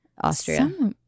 Austria